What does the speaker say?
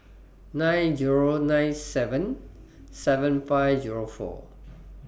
nine Zero nine seven seven five Zero four